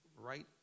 right